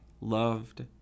loved